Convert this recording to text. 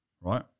right